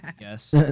yes